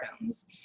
rooms